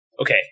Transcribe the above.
Okay